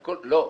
לא,